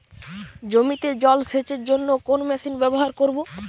জমিতে জল সেচের জন্য কোন মেশিন ব্যবহার করব?